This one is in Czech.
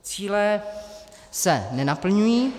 Cíle se nenaplňují.